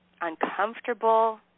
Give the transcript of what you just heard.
uncomfortable